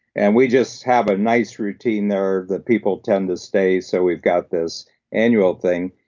and we just have a nice routine there. the people tend to stay, so we've got this annual thing.